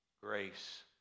Grace